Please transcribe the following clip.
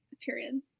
Period